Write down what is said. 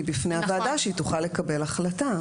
בפני הוועדה ושהיא תוכל לקבל החלטה.